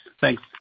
Thanks